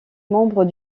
membre